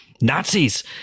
Nazis